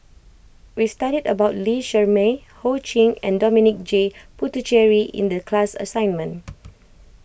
we studied about Lee Shermay Ho Ching and Dominic J Puthucheary in the class assignment